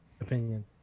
opinion